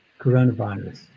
coronavirus